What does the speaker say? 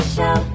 Show